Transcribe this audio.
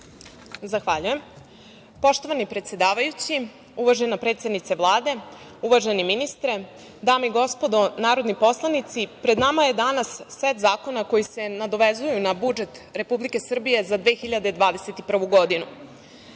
Zahvaljujem. Poštovani predsedavajući, uvažena predsednice Vlade, uvaženi ministre, dame i gospodo narodni poslanici. Pred nama je danas set zakona koji se nadovezuju na budžet Republike Srbije za 2021. godinu. Kao